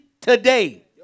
today